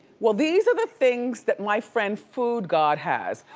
well, these are the things that my friend foodgod has.